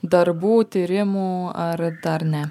darbų tyrimų ar dar ne